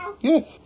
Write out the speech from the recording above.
Yes